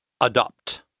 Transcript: Adopt